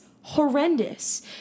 horrendous